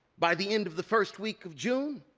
by the end of the first week of june,